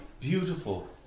beautiful